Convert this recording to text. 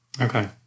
Okay